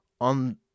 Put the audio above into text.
on